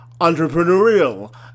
entrepreneurial